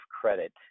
credit